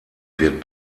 wird